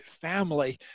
family